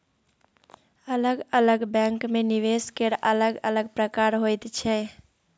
अलग अलग बैंकमे निवेश केर अलग अलग प्रकार होइत छै